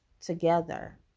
together